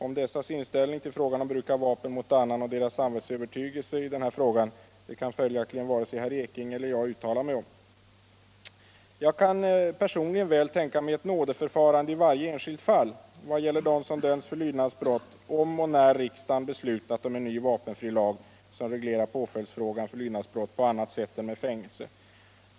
Om dessas inställning till frågan om bruk av vapen mot annan och deras samvetsövertygelse i denna fråga kan följaktligen varken herr Ekinge eller jag uttala oss. Jag kan personligen väl tänka mig ett nådeförfarande i varje enskilt fall i vad gäller dem som dömts för lydnadsbrott om och när riksdagen 23 beslutat om en ny vapenfrilag, som reglerar påföljdsfrågan för lydnadsbrott på annat sätt än med fängelse.